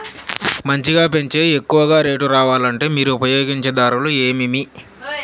మంచిగా పెంచే ఎక్కువగా రేటు రావాలంటే మీరు ఉపయోగించే దారులు ఎమిమీ?